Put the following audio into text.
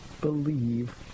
believe